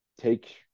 take